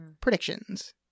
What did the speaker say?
predictions